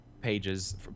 pages